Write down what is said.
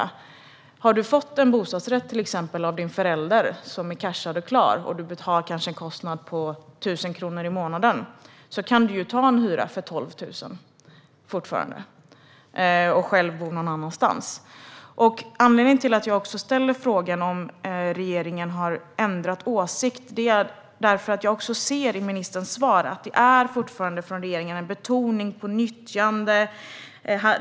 Har du till exempel fått en bostadsrätt av dina föräldrar som är cashad och klar och du därför betalar en kostnad på kanske 1 000 kronor i månaden kan du fortfarande begära 12 000 kronor i hyra och själv bo någon annanstans. Anledningen till att jag ställer frågan om regeringen har ändrat åsikt är att jag i ministerns svar ser att det fortfarande från regeringen finns en betoning på nyttjande.